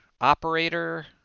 Operator